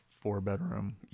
four-bedroom